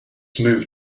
move